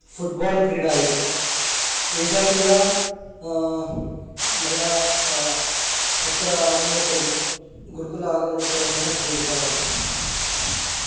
football क्रीडा इति एषा क्रीडा मया अत्र आगमनोत्तरं गुरुकुल आगमनोत्तरमेव क्रीडिता वर्तते